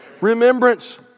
remembrance